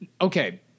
okay